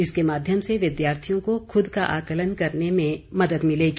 इसके माध्यम से विद्यार्थियों को खुद का आकलन करने में मदद मिलेगी